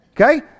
Okay